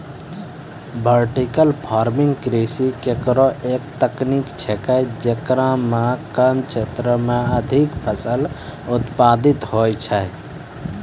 vertical farming कृषि केरो एक तकनीक छिकै, जेकरा म कम क्षेत्रो में अधिक फसल उत्पादित होय छै